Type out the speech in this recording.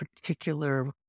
particular